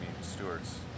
Stewart's